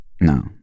No